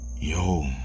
Yo